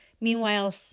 Meanwhile